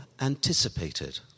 anticipated